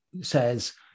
says